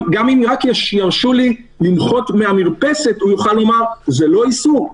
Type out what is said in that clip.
אם ירשו לי רק למחות מהמרפסת הוא יוכל לומר: זה לא איסור,